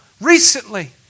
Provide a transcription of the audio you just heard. recently